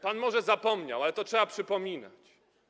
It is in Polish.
Pan może zapomniał, ale to trzeba przypominać.